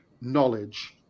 knowledge